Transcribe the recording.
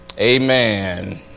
Amen